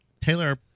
Taylor